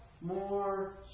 more